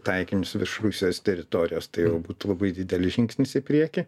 taikinius virš rusijos teritorijos tai jau būtų labai didelis žingsnis į priekį